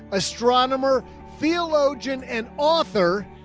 astronomer feel login and author.